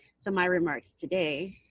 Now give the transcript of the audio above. so my remarks today,